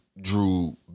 Drew